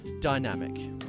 dynamic